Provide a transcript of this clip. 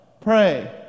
pray